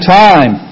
time